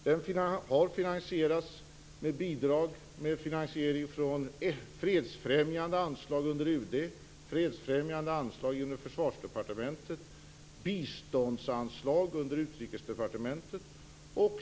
Den har finansierats med bidrag från fredsfrämjande anslag under Utrikesdepartementet, fredsfrämjande anslag genom Försvarsdepartementet och biståndsanslag under Utrikesdepartementet.